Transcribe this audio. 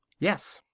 yes.